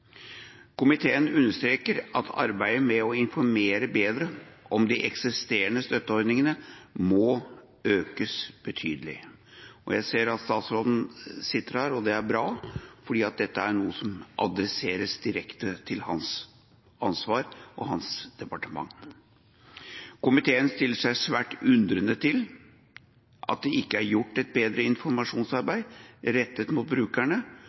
Komiteen understreker at arbeidet med å informere bedre om de eksisterende støtteordningene må økes betydelig. Jeg ser at statsråden sitter her, og det er bra, for dette er noe som adresseres direkte til hans ansvar og hans departement. Komiteen stiller seg svært undrende til at det ikke er gjort et bedre informasjonsarbeid rettet mot brukerne